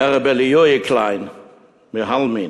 ר' אליהו קליין מהאלמין,